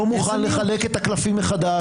לא מוכן לחלק את הקלפים מחדש.